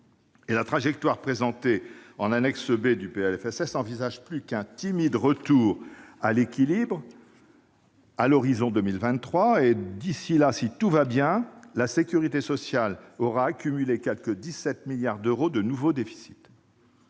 La trajectoire présentée en annexe B du PLFSS n'envisage plus qu'un timide retour à l'équilibre à l'horizon de 2023 ; entre-temps, si tout va bien, la sécurité sociale aura accumulé quelque 17 milliards d'euros de nouveau déficit.